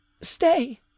stay